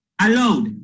allowed